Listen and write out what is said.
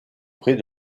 près